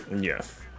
Yes